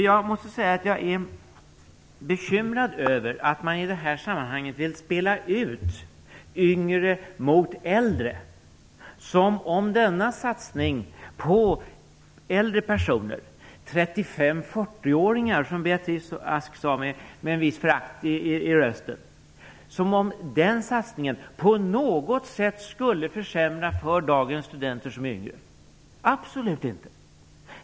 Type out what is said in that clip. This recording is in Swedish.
Jag måste säga att jag är bekymrad över att man i det här sammanhanget vill spela ut yngre mot äldre, som om denna satsning på äldre personer - 35-40 åringar, som Beatrice Ask sade med visst förakt i rösten - på något sätt skulle försämra för dagens studenter som är yngre. Absolut inte.